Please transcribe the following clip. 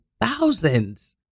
thousands